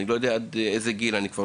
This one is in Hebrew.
שאני לא זוכר כבר עד איזה גיל הוא.